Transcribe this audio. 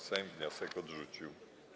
Sejm wniosek odrzucił.